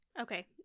Okay